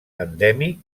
endèmic